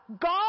God